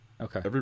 Okay